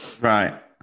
Right